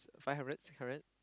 five hundred six hundred